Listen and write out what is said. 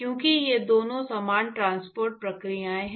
क्योंकि ये दोनों समान ट्रांसपोर्ट प्रक्रियाएं हैं